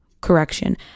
correction